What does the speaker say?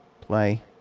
Play